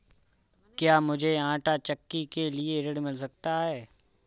क्या मूझे आंटा चक्की के लिए ऋण मिल सकता है?